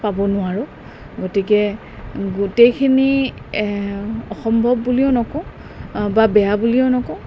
পাব নোৱাৰোঁ গতিকে গোটেইখিনি অসম্ভৱ বুলিও নকওঁ বা বেয়া বুলিও নকওঁ